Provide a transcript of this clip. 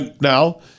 Now